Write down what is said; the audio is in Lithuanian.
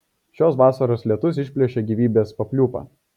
šios vasaros lietus išplėšė gyvybės papliūpą